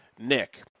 Nick